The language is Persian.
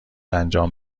انجام